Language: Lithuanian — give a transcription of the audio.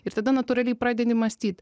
ir tada natūraliai pradedi mąstyt